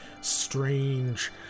strange